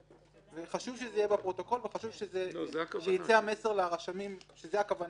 חשוב שזה יהיה בפרוטוקול וחשוב שיצא מסר לרשמים שזאת הכוונה.